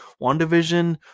WandaVision